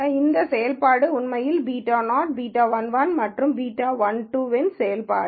எனவே இந்த செயல்பாடு உண்மையில் β0 β11 மற்றும் β12 இன் செயல்பாடு